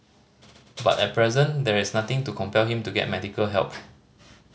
but at present there is nothing to compel him to get medical help